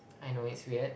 I know it's weird